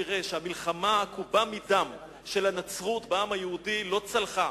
יראה שהמלחמה העקובה מדם של הנצרות בעם היהודי לא צלחה,